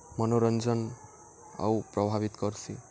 ମନୋରଞ୍ଜନ୍ ଆଉ ପ୍ରଭାବିତ୍ କର୍ସି